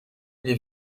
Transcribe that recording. les